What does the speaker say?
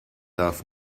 darf